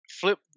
flip